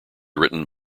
written